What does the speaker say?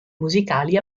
musicali